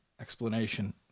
explanation